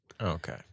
Okay